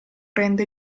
rende